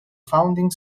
founding